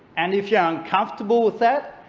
and if you're uncomfortable with that,